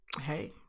Hey